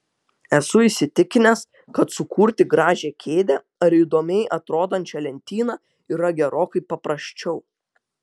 esu įsitikinęs kad sukurti gražią kėdę ar įdomiai atrodančią lentyną yra gerokai paprasčiau